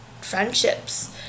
friendships